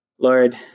Lord